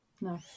no